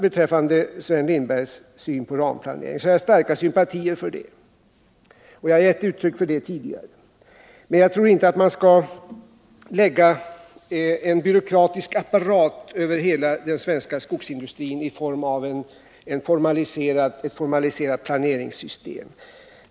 Beträffande Sven Lindbergs syn på ramplanering vill jag säga att jag har stora sympatier för den. Jag har gett uttryck för denna uppfattning tidigare. Men jag tror inte att man skall lägga en byråkratisk apparat över hela den svenska skogsindustrin genom ett formaliserat planeringssystem.